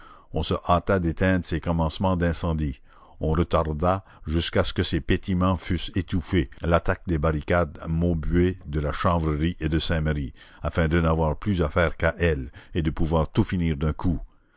on se hâta d'éteindre ces commencements d'incendie on retarda jusqu'à ce que ces pétillements fussent étouffés l'attaque des barricades maubuée de la chanvrerie et de saint-merry afin de n'avoir plus affaire qu'à elles et de pouvoir tout finir d'un coup